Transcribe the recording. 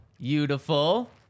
beautiful